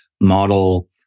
model